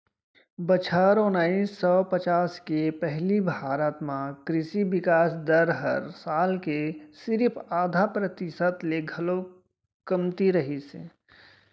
बछर ओनाइस सौ पचास के पहिली भारत म कृसि बिकास दर हर साल के सिरिफ आधा परतिसत ले घलौ कमती रहिस हे